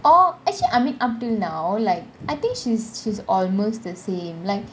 oh actually I mean up till now like I think she's she's almost the same like